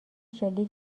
شلیک